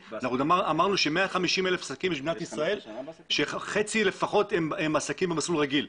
אמרנו שבישראל יש 150,000 עסקים שחצי לפחות הם עסקים במסלול רגיל.